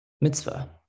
mitzvah